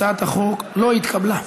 הצעת החוק לא התקבלה.